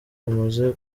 bamaze